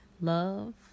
Love